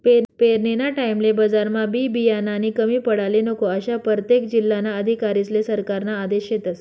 पेरनीना टाईमले बजारमा बी बियानानी कमी पडाले नको, आशा परतेक जिल्हाना अधिकारीस्ले सरकारना आदेश शेतस